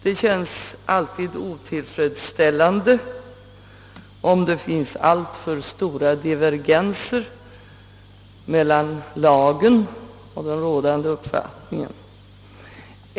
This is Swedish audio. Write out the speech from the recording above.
Det känns alltid otillfredsställande om det finns alltför stora divergenser mellan lagen och den rådande uppfattningen.